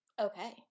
Okay